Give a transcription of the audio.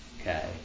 Okay